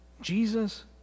Jesus